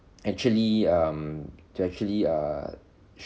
actually um to actually err